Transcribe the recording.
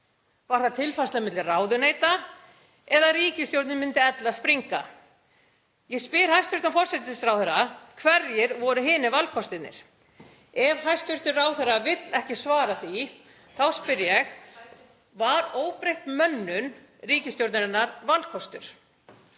Var það tilfærsla milli ráðuneyta eða að ríkisstjórnin myndi ella springa? Ég spyr hæstv. forsætisráðherra: Hverjir voru hinir valkostirnir? Ef hæstv. ráðherra vill ekki svara því þá spyr ég: Var óbreytt mönnun ríkisstjórnarinnar valkostur?